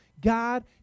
God